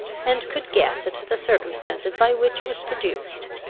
and could guess at the circumstances by which it was produced.